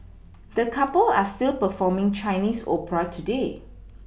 the couple are still performing Chinese opera today